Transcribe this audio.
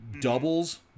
Doubles